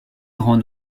grand